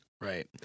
Right